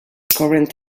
current